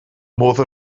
modd